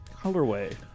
Colorway